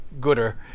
gooder